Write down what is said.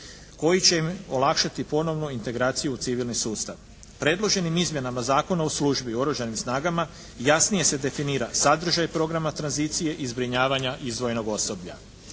koji će im olakšati ponovno integraciju i civilni sustav. Predloženim izmjenama Zakona o službi u oružanim snagama jasnije se definira sadržaj programa tranzicije i zbrinjavanja izdvojenog osoblja.